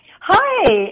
Hi